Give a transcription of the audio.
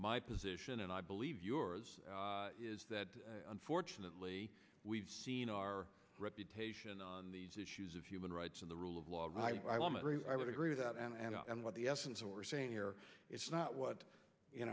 my position and i believe yours is that unfortunately we've seen our reputation on these issues of human rights and the rule of law i would agree with that and and what the essence or saying here it's not what you